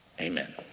amen